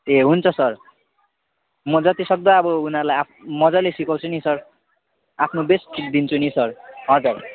ए हुन्छ सर म जतिसक्दो अब उनीहरूलाई आफ मजाले सिकाउँछु नि सर आफ्नो बेस्ट दिन्छु नि सर हजुर